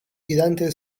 irante